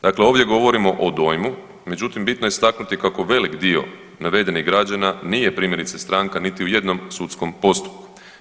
Dakle, ovdje govorimo o dojmu, međutim bitno je istaknuti kako velik dio navedenih građana nije primjerice stranka niti u jednom sudskom postupku.